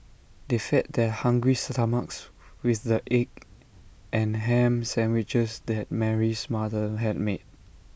they fed their hungry stomachs with the egg and Ham Sandwiches that Mary's mother had made